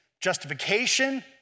justification